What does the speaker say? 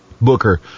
Booker